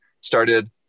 started